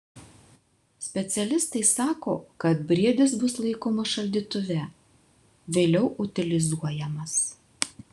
specialistai sako kad briedis bus laikomas šaldytuve vėliau utilizuojamas